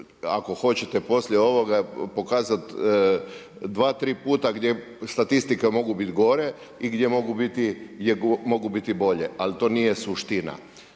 ako hoćete poslije ovoga pokazati dva, tri puta gdje statistike mogu biti gore i gdje mogu biti bolje ali to nije suština.